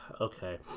okay